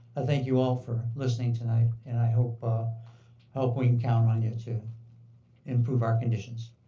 i thank you all for listening tonight and i hope ah hope we can count on you to improve our conditions.